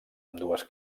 ambdues